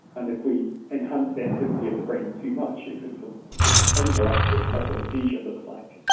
and if we enhance the activity of the brain too much it could become overactive and that's what a seizure looks like.